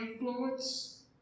influence